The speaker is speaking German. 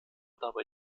dabei